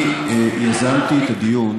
יזמתי את הדיון